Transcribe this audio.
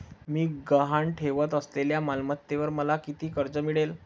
मी गहाण ठेवत असलेल्या मालमत्तेवर मला किती कर्ज मिळेल?